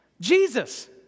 Jesus